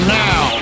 now